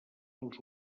als